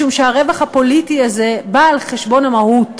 משום שהרווח הפוליטי הזה בא על חשבון המהות,